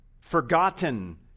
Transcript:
forgotten